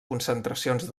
concentracions